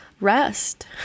rest